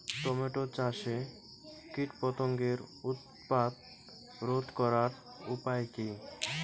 Tomato চাষে কীটপতঙ্গের উৎপাত রোধ করার উপায় কী?